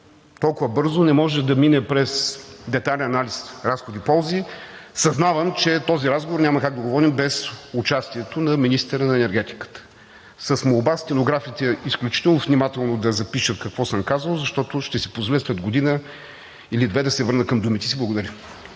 толкова бързо не могат да минат през детайлен анализ, разходи и ползи. Съзнавам, че този разговор няма как да го водим без участието на министъра на енергетиката. С молба стенографите изключително внимателно да запишат какво съм казал, защото ще си позволя след година или две да се върна към думите си. Благодаря.